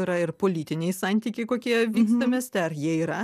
yra ir politiniai santykiai kokie vyksta mieste ar jie yra